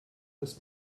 ist